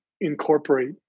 incorporate